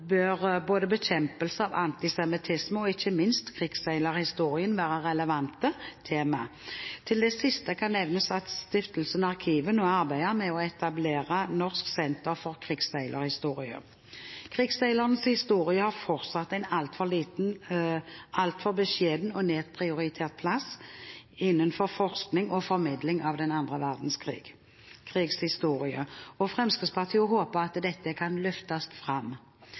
både bekjempelse av antisemittisme og ikke minst krigsseilerhistorien være relevante tema. Til det siste kan nevnes at Stiftelsen Arkivet nå arbeider med å etablere Norsk senter for krigsseilerhistorie. Krigsseilernes historie har fortsatt en altfor beskjeden og nedprioritert plass innenfor forskning og formidling av annen verdenskrigs historie, og Fremskrittspartiet håper at dette kan løftes fram.